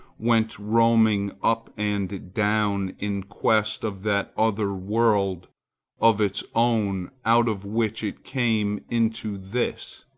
went roaming up and down in quest of that other world of its own out of which it came into this,